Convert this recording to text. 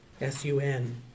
S-U-N